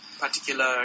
particular